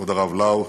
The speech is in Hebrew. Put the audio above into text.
כבוד הרב לאו,